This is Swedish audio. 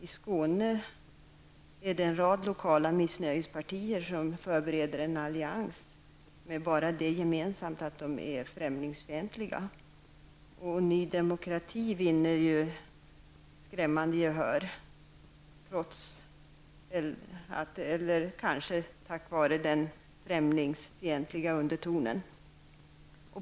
I Skåne finns det en rad lokala missnöjespartier som förbereder en allians med främlingsfientlighet som enda gemensamma punkt. Ny demokrati vinner skrämmande gehör trots, eller kanske tack vare, den främlingsfientliga undertonen.